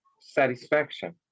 satisfaction